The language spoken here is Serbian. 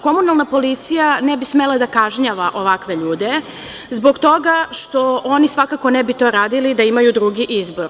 Komunalna policija ne bi smela da kažnjava ovakve ljude, zbog toga što oni svakako to ne bi radili da imaju drugi izbor.